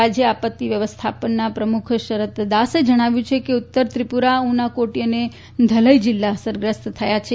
રાજ્ય આપત્તિ વ્યવસ્થાપનના પ્રમુખ શરત દાસે જણાવ્યું છે કે ઉત્તર ત્રિપુરા ઉનાકોટી અને ધલઈ જિલ્લા અસરગ્રસ્ત થયા છે